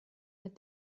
but